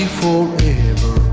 forever